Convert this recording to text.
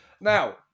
Now